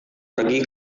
pergi